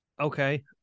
Okay